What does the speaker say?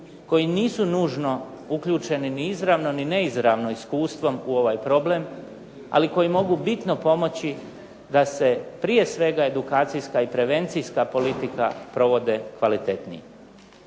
koji nisu nužno uključeni ni izravno ni neizravno iskustvom u ovaj problem, ali koji mogu bitno pomoći da se prije svega edukacijska i prevencijska politika provode kvalitetnije.